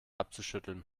abzuschütteln